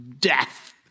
death